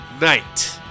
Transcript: Night